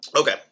Okay